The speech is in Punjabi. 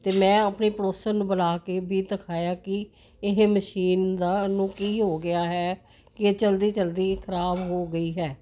ਤੇ ਮੈਂ ਆਪਣੀ ਪੜੋਸਰ ਨੂੰ ਬੁਲਾ ਕੇ ਵੀ ਦਿਖਾਇਆ ਕਿ ਇਹ ਮਸ਼ੀਨ ਨੂੰ ਦੀ ਕੀ ਹੋ ਗਿਆ ਹੈ ਕਿ ਚਲਦੀ ਚਲਦੀ ਇਹ ਖਰਾਬ ਹੋ ਗਈ ਹੈ